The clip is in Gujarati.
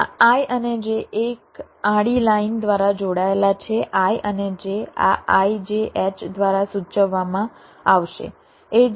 આ i અને j એક આડી લાઇન દ્વારા જોડાયેલા છે i અને j આ ijH દ્વારા સૂચવવામાં આવશે